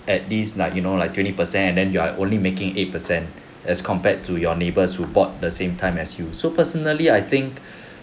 at least like you know like twenty percent and then you are only making eight percent as compared to your neighbors who bought the same time as you so personally I think